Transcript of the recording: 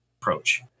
approach